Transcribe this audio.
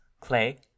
clay